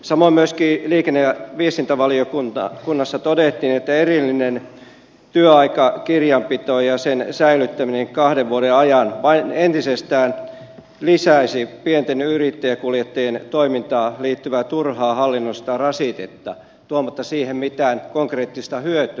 samoin myöskin liikenne ja viestintävaliokunnassa todettiin että erillinen työaikakirjanpito ja sen säilyttäminen kahden vuoden ajan vain entisestään lisäisi pienten yrittäjäkuljettajien toimintaan liittyvää turhaa hallinnollista rasitetta tuomatta siihen mitään konkreettista hyötyä